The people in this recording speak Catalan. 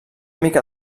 mica